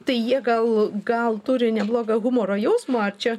tai jie gal gal turi neblogą humoro jausmą ar čia